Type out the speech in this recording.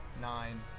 nine